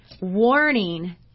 warning